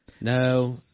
No